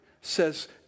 says